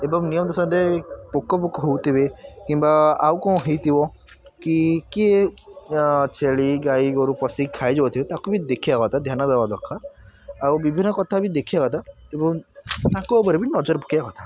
ଏବଂ ନିୟମିତ ସମୟ ଦେଇ ପୋକ ଫୋକ ହେଉଥିବେ କିମ୍ବା ଆଉ କ'ଣ ହେଇଥିବ କି କିଏ ଛେଳି ଗାଇ ଗୋରୁ ପଶିକି ଖାଇ ଯାଉଥିବେ ତାକୁ ବି ଦେଖିବା କଥା ଧ୍ୟାନ ଦେବା ଦରକାର ଆଉ ବିଭିନ୍ନ କଥା ବି ଦେଖିବା କଥା ଏବଂ ତାଙ୍କ ଉପରେ ବି ନଜର ପକେଇବା କଥା